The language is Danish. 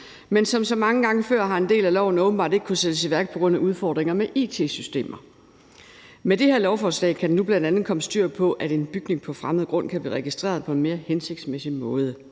Men som så mange gange før har en del af loven åbenbart ikke kunnet sættes i værk på grund af udfordringer med it-systemer. Med det her lovforslag kan der nu bl.a. komme styr på, at en bygning på fremmed grund kan blive registreret på en mere hensigtsmæssig måde.